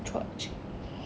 cuaca